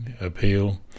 appeal